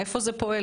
איפה זה פועל,